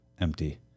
empty